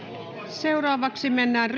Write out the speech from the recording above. seuraavaksi mennään